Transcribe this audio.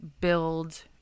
build